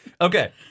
Okay